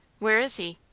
where is he?